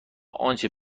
آنچه